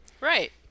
Right